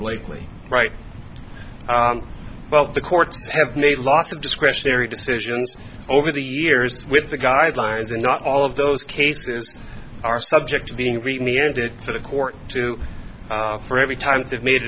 obliquely right well the courts have made lots of discretionary decisions over the years with the guidelines and not all of those cases are subject to being read me ended for the court to for every time they've made a